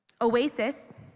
Oasis